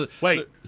Wait